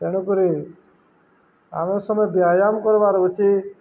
ତେଣୁକରି ଆମେ ସମେ ବ୍ୟାୟାମ କର୍ବାର୍ ଉଚିତ୍